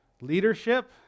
Leadership